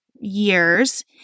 years